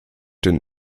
den